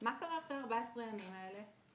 מה קרה אחרי 14 ימים האלה?